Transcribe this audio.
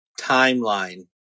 timeline